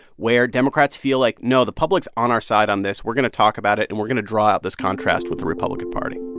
where democrats feel like, no, the public's on our side on this. we're going to talk about it, and we're going to draw out this contrast with the republican party